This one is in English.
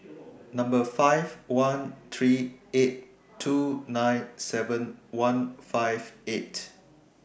five one three eight two nine seven one five eight